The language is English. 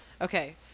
Okay